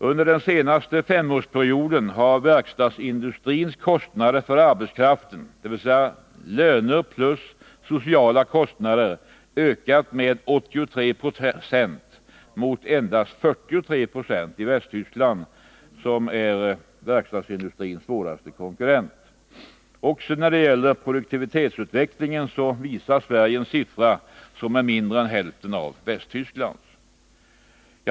Under den senaste femårsperioden har verkstadsindustrins kostnader för arbetskraften, dvs. löner plus sociala kostnader, ökat med 83 96 mot endast 43 90 i Västtyskland. Också när det gäller produktivitetsutvecklingen visar Sverige en siffra, som är mindre än hälften av Västtysklands.